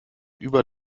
über